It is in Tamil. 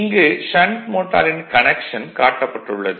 இங்கு ஷண்ட் மோட்டாரின் கனெக்ஷன் காட்டப்பட்டு உள்ளது